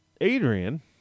Adrian